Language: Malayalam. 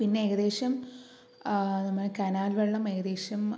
പിന്നെ ഏകദേശം നമ്മുടെ കനാൽ വെള്ളം ഏകദേശം